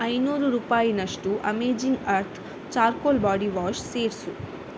ಐನೂರು ರೂಪಾಯಿನಷ್ಟು amazing earth charcoal body wash ಸೇರಿಸು